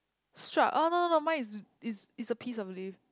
shark oh no no mine is is a piece of leaf